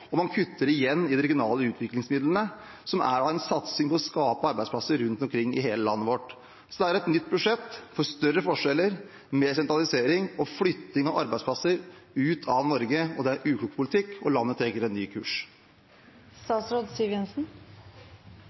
Man kutter igjen i de regionale utviklingsmidlene, som er en satsing for å skape arbeidsplasser rundt omkring i hele landet vårt. Det er et nytt budsjett for større forskjeller, mer sentralisering og flytting av arbeidsplasser ut av Norge. Det er uklok politikk, og landet trenger en ny